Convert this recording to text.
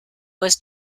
was